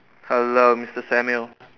hello Mister Samuel